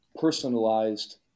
personalized